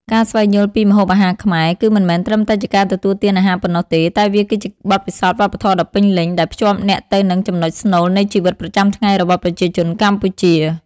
ការស្វែងយល់ពីម្ហូបអាហារខ្មែរ គឺមិនមែនត្រឹមតែជាការទទួលទានអាហារប៉ុណ្ណោះទេ តែវាគឺជាបទពិសោធន៍វប្បធម៌ដ៏ពេញលេញ ដែលភ្ជាប់អ្នកទៅនឹងចំណុចស្នូលនៃជីវិតប្រចាំថ្ងៃរបស់ប្រជាជនកម្ពុជា ។